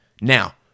Now